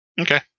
okay